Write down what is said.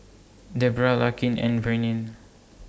Debrah Larkin and Vernell